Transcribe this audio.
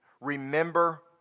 Remember